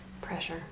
pressure